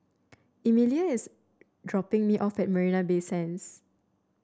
Emelia is dropping me off at Marina Bay Sands